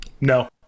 No